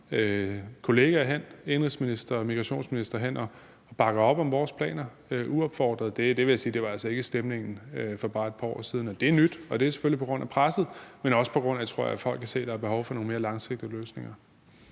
kolleger hen til mig, indenrigsministre, migrationsministre, og bakker op om vores planer uopfordret. Jeg vil sige, at det altså ikke var stemningen for bare et par år siden. Det er nyt, og det er selvfølgelig på grund af presset, men også på grund af, tror jeg, at folk kan se, der er behov for nogle mere langsigtede løsninger.